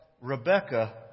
Rebecca